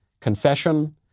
confession